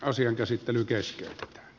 asian käsittely keskeytetään